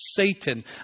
Satan